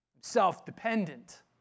self-dependent